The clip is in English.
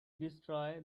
destroy